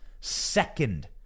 second